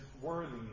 worthy